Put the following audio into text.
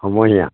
সমূহিয়া